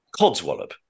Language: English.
Codswallop